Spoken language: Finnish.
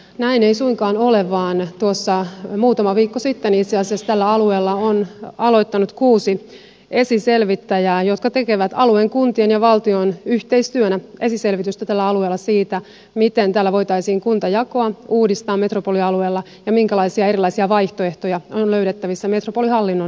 näin ei suinkaan ole vaan tuossa muutama viikko sitten itse asiassa tällä alueella on aloittanut kuusi esiselvittäjää jotka tekevät alueen kuntien ja valtion yhteistyönä esiselvitystä tällä alueella siitä miten voitaisiin kuntajakoa uudistaa metropolialueella ja minkälaisia erilaisia vaihtoehtoja on löydettävissä metropolihallinnon malleiksi